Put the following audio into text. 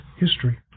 history